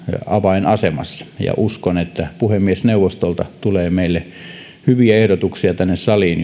avainasemassa ja uskon että puhemiesneuvostolta tulee meille hyviä ehdotuksia tänne saliin